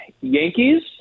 Yankees